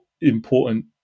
important